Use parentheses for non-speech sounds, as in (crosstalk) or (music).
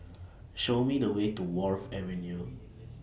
Show Me The Way to Wharf Avenue (noise)